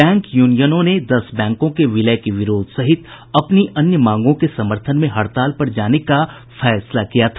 bank यूनियनों ने दस बैंकों के विलय के विरोध सहित अपनी अन्य मांगों के समर्थन में हड़ताल पर जाने का फैसला किया था